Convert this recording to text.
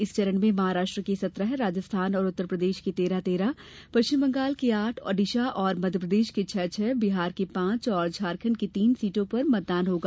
इस चरण में महाराष्ट्र की सत्रह राजस्थान और उत्तर प्रदेश की तेरह तेरह पश्चिम बंगाल की आठ ओडिशा और मध्य प्रदेश की छह छह बिहार की पांच और झारखण्ड की तीन सीटों पर मतदान होगा